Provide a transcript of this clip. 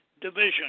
division